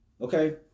Okay